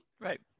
Right